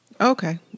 Okay